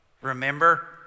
Remember